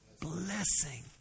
Blessing